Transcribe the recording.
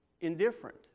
indifferent